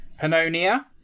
Pannonia